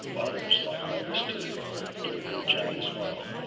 others like novus two do a good job as well.